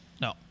No